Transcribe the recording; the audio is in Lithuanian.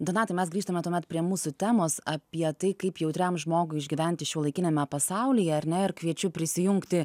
donatai mes grįžtame tuomet prie mūsų temos apie tai kaip jautriam žmogui išgyventi šiuolaikiniame pasaulyje ar ne ir kviečiu prisijungti